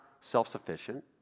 self-sufficient